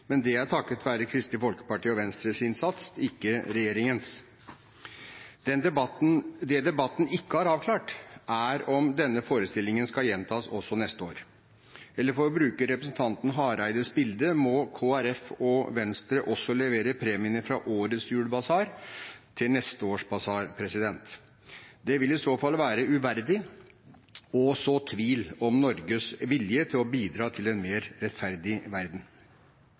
men det er takket være Kristelig Folkeparti og Venstres innsats – ikke regjeringens. Det debatten ikke har avklart, er om denne forestillingen skal gjentas også neste år. Eller for å bruke representanten Hareides bilde: Må Kristelig Folkeparti og Venstre også levere premiene fra årets julebasar til neste års basar? Det vil i så fall være uverdig og så tvil om Norges vilje til å bidra til en mer rettferdig verden.